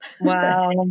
Wow